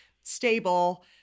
stable